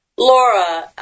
Laura